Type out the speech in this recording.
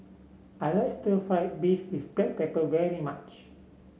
I like stir fry beef with Black Pepper very much